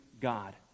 God